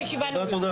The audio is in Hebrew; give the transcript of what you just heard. הישיבה נעולה.